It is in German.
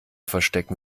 verstecken